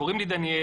קוראים לי דניאל,